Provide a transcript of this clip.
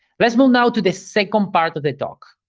let's move now to the second part of the talk.